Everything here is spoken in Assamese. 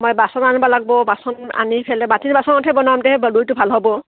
মই বাচন আনিবা লাগব বাচন আনি ফেলে মাটিৰ বাচনতহে বনামগে দৈটো ভাল হ'ব